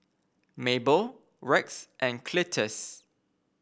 Mable Rex and Cletus